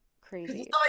crazy